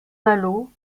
malo